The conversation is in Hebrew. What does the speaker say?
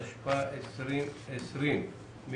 התשפ"א-2020 בדבר מכרז דור 5?